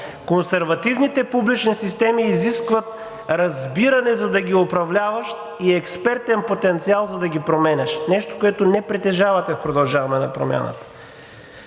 консервативните публични системи изискват разбиране, за да ги управляваш и експертен потенциал, за да ги променяш – нещо, което не притежавате от „Продължаваме Промяната“.